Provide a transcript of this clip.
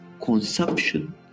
consumption